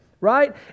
Right